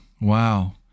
wow